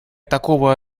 такого